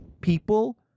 People